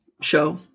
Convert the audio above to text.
show